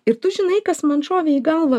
ir tu žinai kas man šovė į galvą